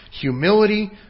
humility